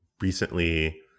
recently